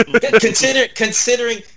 considering